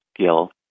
skill